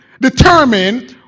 determine